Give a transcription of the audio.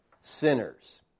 sinners